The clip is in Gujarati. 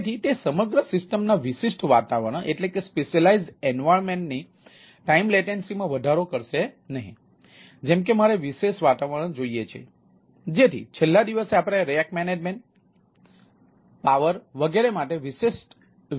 જેમ કે મારે વિશેષ વાતાવરણ જોઈએ છે જેથી છેલ્લા દિવસે આપણે રેક મેનેજમેન્ટ પાવર વગેરે માટે વિશિષ્ટ તરીકે ચર્ચા કરી શકીએ